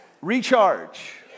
Recharge